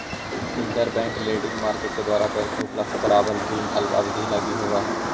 interbank lending market के द्वारा bank के उपलब्ध करावल ऋण अल्प अवधि लगी होवऽ हइ